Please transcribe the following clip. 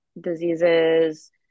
diseases